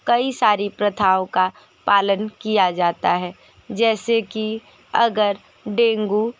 कई सारी प्रथाओं का पालन किया जाता है जैसे कि अगर डेंगू